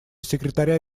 секретаря